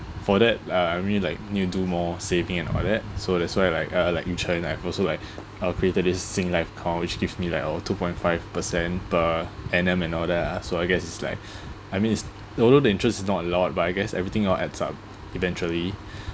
for that uh I mean like need to do more saving and all that so that's why like uh like Yu Chen I have also like I've created this sing live accounts which gives me like uh two point five percent per annum and all that ah so I guess it's like I mean it's although the interest is not a lot but I guess everything all adds up eventually